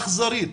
אכזרית